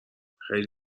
خیلی